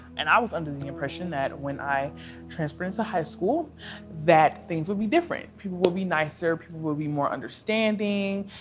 and i was under the impression that when i transfer into high school that things would be different, people would be nicer, people would be more understanding.